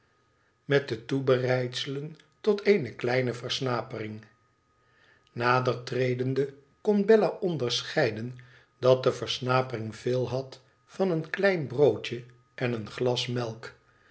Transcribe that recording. met de toebereidselen tot eene kleine versnapering nader tredende kon bella onderscheiden dat de versnapering veel had van een klein broodje en een glas melk